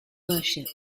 worship